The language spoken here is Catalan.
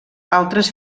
altres